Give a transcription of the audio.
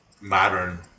modern